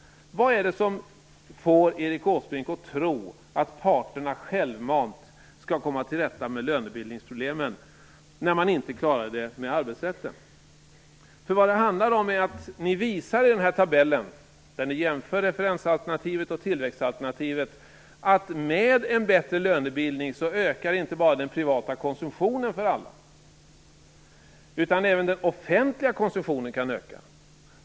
Vad får Erik Åsbrink att tro att parterna självmant skall komma till rätta med lönebildningsproblemen när man inte klarar av det i fråga om arbetsrätten? Den här tabellen, där ni jämför referensalternativet och tillväxtalternativet, visar att inte bara den privata konsumtionen kan öka för alla med en bättre lönebildning, utan även den offentliga konsumtionen kan göra det.